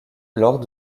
lors